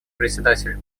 председатель